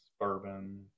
bourbon